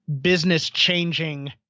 business-changing